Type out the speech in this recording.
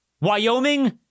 Wyoming